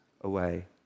away